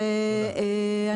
בסדר.